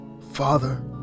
Father